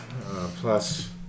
plus